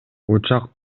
учак